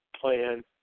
plan